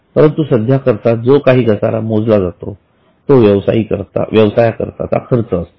परंतु सध्या करिता जो काही घसारा मोजला जातो तो व्यवसायाकरिता खर्च असतो